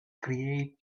create